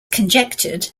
conjectured